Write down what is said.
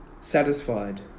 Satisfied